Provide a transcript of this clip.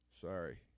Sorry